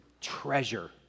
treasure